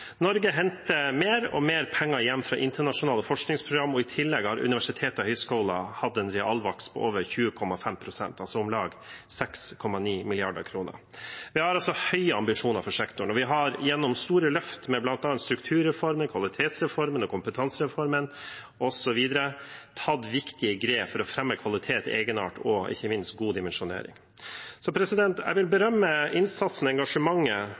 Norge henter mer og mer penger hjem fra internasjonale forskningsprogram, og i tillegg har universiteter og høyskoler hatt en realvekst på over 20,5 pst., altså om lag 6,9 mrd. kr. Vi har høye ambisjoner for sektoren, og vi har gjennom store løft, med bl.a. strukturreformen, kvalitetsreformen og kompetansereformen osv., tatt viktige grep for å fremme kvalitet, egenart og ikke minst god dimensjonering. Jeg vil berømme innsatsen og engasjementet